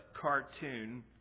cartoon